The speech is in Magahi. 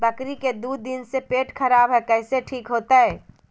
बकरी के दू दिन से पेट खराब है, कैसे ठीक होतैय?